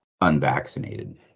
unvaccinated